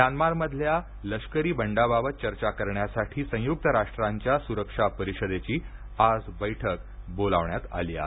म्यानमारमधल्या लष्करी बंडाबाबत चर्चा करण्यासाठी संयुक्त राष्ट्रांच्या स्रक्षा परिषदेची आज बैठक बोलावण्यात आली आहे